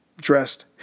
dressed